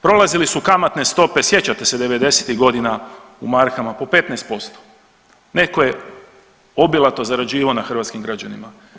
Prolazili su kamatne stope, sjećate se devedesetih godina u markama po 15%, neko je obilato zarađivao na hrvatskim građanima.